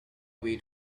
way